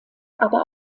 aber